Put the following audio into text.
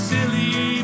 Silly